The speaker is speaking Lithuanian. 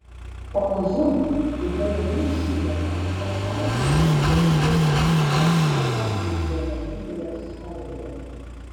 pamažu helenistiniame pasaulyje vedybos užima vietą visuomeninėje sferoje